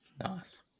nice